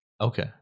Okay